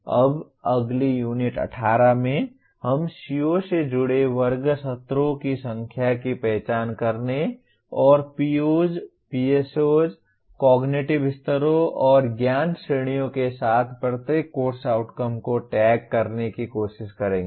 अब अगली यूनिट 18 में हम CO से जुड़े वर्ग सत्रों की संख्या की पहचान करने और POs PSOs कॉग्निटिव स्तरों और ज्ञान श्रेणियों के साथ प्रत्येक कोर्स आउटकम को टैग करने की कोशिश करेंगे